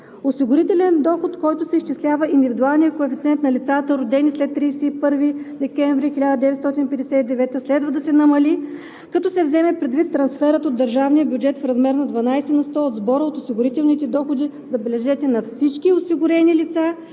Осигурителният доход, с който се изчислява индивидуалният коефициент на лицата, родени след 31 декември 1959 г., следва да се намали, като се вземе предвид трансферът от държавния бюджет в размер на 12 на сто от сбора от осигурителните доходи, забележете, на всички осигурени лица